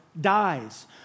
dies